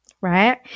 right